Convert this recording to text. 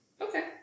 Okay